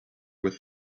with